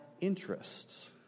interests